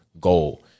goal